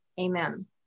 Amen